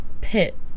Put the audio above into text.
pit